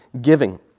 giving